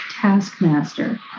taskmaster